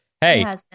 hey